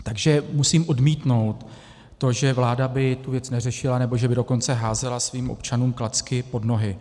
Takže musím odmítnout to, že vláda by tu věc neřešila, nebo že by dokonce házela svým občanům klacky pod nohy.